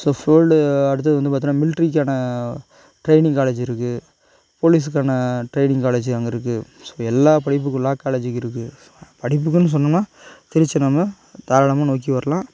so fold அடுத்தது வந்து பார்த்தோன்னா மில்ட்ரிக்கான ட்ரெய்னிங் காலேஜ் இருக்கு போலீஸுக்கான ட்ரெய்னிங் காலேஜி அங்கே இருக்கு ஸோ எல்லா படிப்புகளும் லா காலேஜ் இருக்கு ஸோ படிப்புக்குனு சொன்னோம்னா திருச்சி நம்ம தாராளமாக நோக்கி வரலாம்